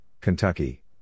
Kentucky